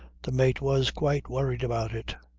the mate was quite worried about it.